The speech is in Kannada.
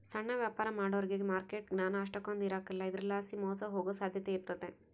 ಸಣ್ಣ ವ್ಯಾಪಾರ ಮಾಡೋರಿಗೆ ಮಾರ್ಕೆಟ್ ಜ್ಞಾನ ಅಷ್ಟಕೊಂದ್ ಇರಕಲ್ಲ ಇದರಲಾಸಿ ಮೋಸ ಹೋಗೋ ಸಾಧ್ಯತೆ ಇರ್ತತೆ